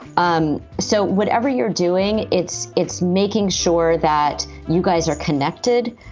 um so whatever you're doing, it's it's making sure that you guys are connected.